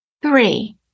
Three